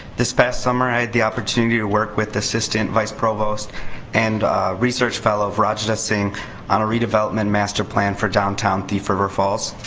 this past summer, i had the opportunity to work with assistant vice provost and research fellow virajita singh on a redevelopment master plan for downtown thief river falls.